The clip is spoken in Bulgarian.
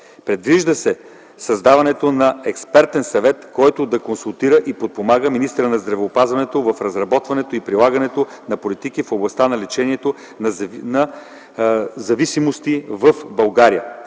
Предвижда се създаването на експертен съвет, който да консултира и подпомага министъра на здравеопазването в разработването и прилагането на политики в областта на лечението на зависимости в България.